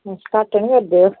घट्ट नी करदे ओह्